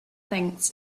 thinks